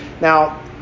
Now